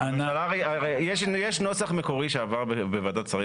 הרי יש נוסח מקורי שעבר בוועדת השרים